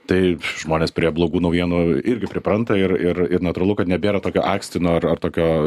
tai žmonės prie blogų naujienų irgi pripranta ir ir ir natūralu kad nebėra tokio akstino ar ar tokio